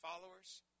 followers